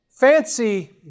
Fancy